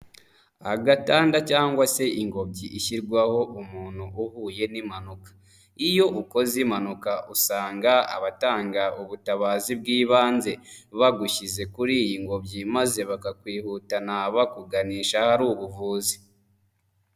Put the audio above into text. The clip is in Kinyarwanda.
Agatanda cyangwa se ingobyi ishyirwaho umuntu uhuye n'impanuka iyo ukoze impanuka usanga abatanga ubutabazi bw'ibanze bagushyize kuri iyi ngobyi, maze bakakwihutanabakuganisha aha ubuvuzi.